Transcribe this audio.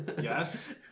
Yes